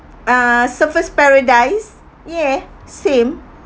uh surfers' paradise yeah same